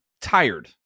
tired